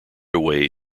away